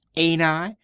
ain't i?